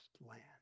land